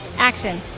action.